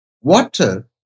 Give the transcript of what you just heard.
Water